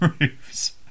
roofs